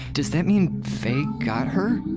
does that mean faye got her?